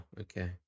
okay